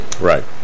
Right